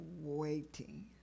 waiting